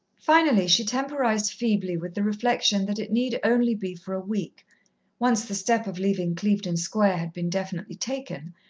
finally she temporized feebly with the reflection that it need only be for a week once the step of leaving clevedon square had been definitely taken,